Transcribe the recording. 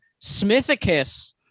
Smithicus